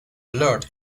blurred